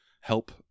help